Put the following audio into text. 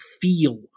feel